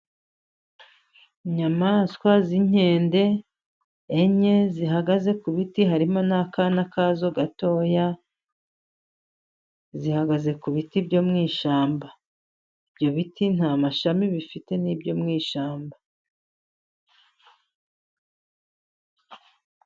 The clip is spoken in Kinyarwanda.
Inyamaswa z'inkende enye zihagaze ku biti, harimo n'akana ka zo gatoya, zihagaze ku biti byo mu ishyamba. Ibyo biti nta mashami bifite, ni ibyo mu ishyamba.